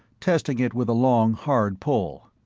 testing it with a long hard pull.